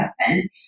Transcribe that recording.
husband